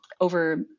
over